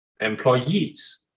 employees